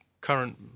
current